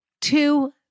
two